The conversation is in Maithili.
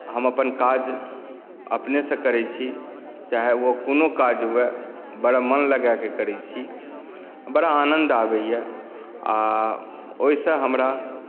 हम अपन काज अपनेसँ करैत छी चाहे ओ कोनो काज हुए बड़ा मन लगाए कऽ करैत छी बड़ा आनन्द आबैए आ ओहिसँ हमरा